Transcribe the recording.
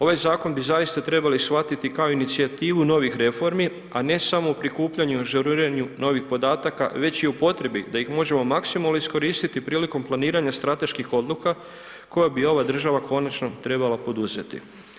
Ovaj zakon bi zaista trebali shvatiti kao inicijativu novih reformi, a ne samo u prikupljanju i ažuriranju novih podataka već i u potrebi da ih možemo maksimalno iskoristiti prilikom planiranja strateških odluka koja bi ova država konačno trebala poduzeti.